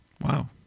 Wow